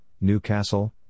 Newcastle